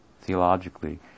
theologically